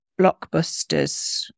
blockbusters